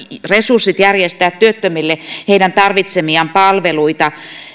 resurssit järjestää työttömille heidän tarvitsemiaan palveluita